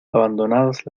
abandonadas